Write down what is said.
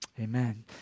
amen